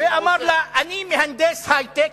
ואמר לה: אני מהנדס היי-טק.